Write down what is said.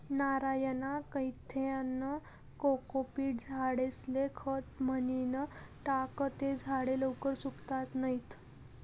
नारयना काथ्यानं कोकोपीट झाडेस्ले खत म्हनीन टाकं ते झाडे लवकर सुकातत नैत